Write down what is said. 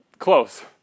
Close